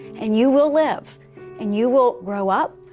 and you will live and you will grow up,